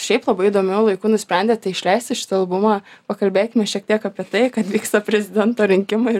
šiaip labai įdomiu laiku nusprendėte išleisti šitą albumą pakalbėkime šiek tiek apie tai kad vyksta prezidento rinkimai